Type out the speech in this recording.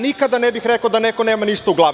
Nikada ne bih rekao da neko nema ništa u glavi.